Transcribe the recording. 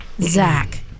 Zach